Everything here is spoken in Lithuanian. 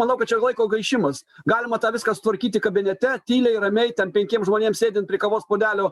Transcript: manau kad čia yra laiko gaišimas galima tą viską sutvarkyti kabinete tyliai ramiai ten penkiems žmonėms sėdint prie kavos puodelio